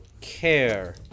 care